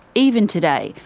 even today,